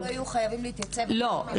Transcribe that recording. לא,